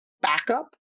backup